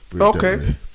Okay